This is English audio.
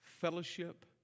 fellowship